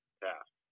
task